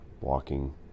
walking